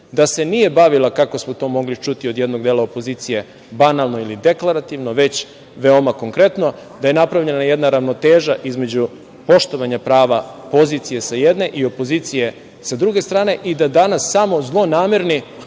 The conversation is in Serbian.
da se nije bavila, kako smo to mogli čuti od jednog dela opozicije, banalno ili deklarativno, već veoma konkretno, da je napravljena jedna ravnoteža između poštovanja prava pozicije sa jedne i opozicije sa druge strane i da danas samo zlonamerni